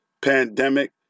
pandemic